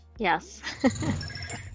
yes